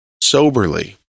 soberly